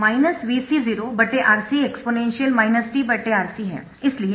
minus Vc0 RC exponential minus t RC है